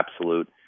absolute